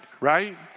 right